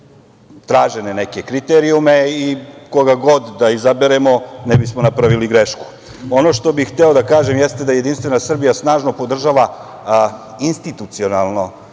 tražene neke kriterijume i koga god da izaberemo ne bismo napravili grešku. Ono što bih hteo da kažem, jeste da JS snažno podržava institucionalno